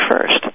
first